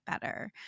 better